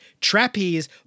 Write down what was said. trapeze